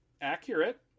accurate